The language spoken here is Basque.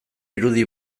irudi